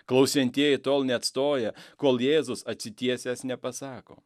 klausiantieji tol neatstoja kol jėzus atsitiesęs nepasako